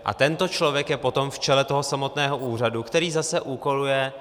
A tento člověk je potom v čele toho samotného úřadu, který zase úkoluje.